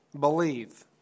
believe